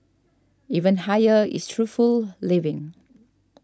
even higher is truthful living